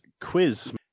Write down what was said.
quiz